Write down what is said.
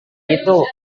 itu